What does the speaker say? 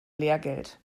lehrgeld